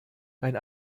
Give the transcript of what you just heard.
dein